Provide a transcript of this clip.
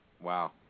Wow